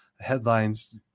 headlines